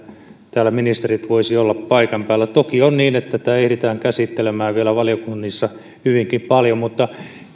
täällä ministerit voisivat olla paikan päällä toki on niin että tätä ehditään käsittelemään vielä valiokunnissa hyvinkin paljon mutta